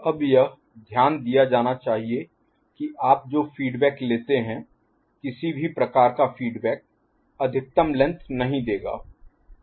अब यह ध्यान दिया जाना चाहिए कि आप जो फीडबैक लेते हैं किसी भी प्रकार का फीडबैक अधिकतम लेंथ नहीं देगा